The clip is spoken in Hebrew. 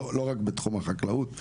לא רק בתחום החקלאות,